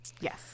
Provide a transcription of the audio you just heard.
Yes